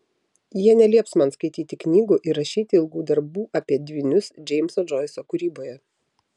jie nelieps man skaityti knygų ir rašyti ilgų darbų apie dvynius džeimso džoiso kūryboje